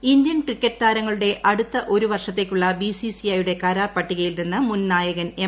Dhoni Indian cricket താരങ്ങളുടെ അടുത്ത ഒരു വർഷത്തേയ്ക്കുള്ള ബിസിസിഐയുടെ കരാർ പട്ടികയിൽ നിന്ന് മുൻ നായകൻ എം